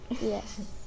Yes